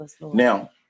Now